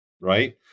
right